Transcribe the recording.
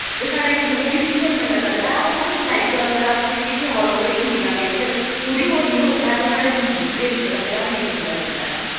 ते साढ़ा कि इक मतलब कि रिचुअल मन्ना जंदा ऐ ओ लाइक अगर अस दिक्खे कि आल ओवर इंडिया विच कुते होर निं होंदा ऐ ओ साढ़े जम्मू च गै रुट्ट दा त्योहार मेन मन्नेया जंदा ऐ